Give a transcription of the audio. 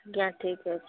ଆଜ୍ଞା ଠିକ୍ ଅଛି